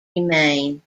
remain